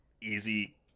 easy